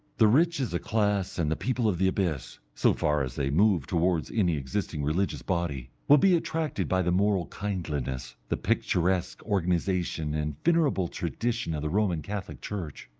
the rich as a class and the people of the abyss, so far as they move towards any existing religious body, will be attracted by the moral kindliness, the picturesque organization and venerable tradition of the roman catholic church.